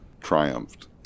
triumphed